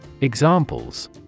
Examples